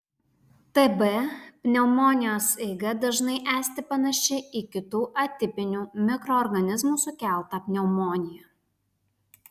tb pneumonijos eiga dažnai esti panaši į kitų atipinių mikroorganizmų sukeltą pneumoniją